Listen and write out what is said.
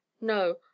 No